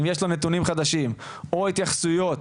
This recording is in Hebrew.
אם יש לו נתונים חדשים או התייחסויות